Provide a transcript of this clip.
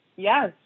Yes